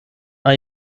are